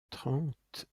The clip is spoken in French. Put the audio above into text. trente